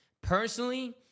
Personally